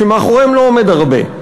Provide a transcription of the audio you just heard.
שמאחוריהם לא עומד הרבה.